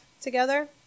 together